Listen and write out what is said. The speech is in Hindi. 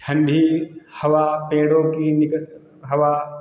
ठंडी हवा पेड़ों की निकल हवा